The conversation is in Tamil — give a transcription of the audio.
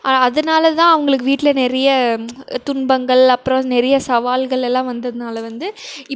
அ அதனால் தான் அவங்களுக்கு வீட்டில் நிறைய துன்பங்கள் அப்புறம் நிறைய சவால்கள் எல்லாம் வந்ததுனால் வந்து